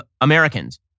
Americans